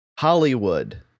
Hollywood